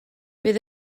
bydd